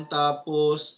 tapos